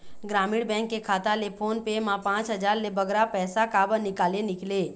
ग्रामीण बैंक के खाता ले फोन पे मा पांच हजार ले बगरा पैसा काबर निकाले निकले?